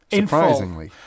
Surprisingly